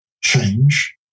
change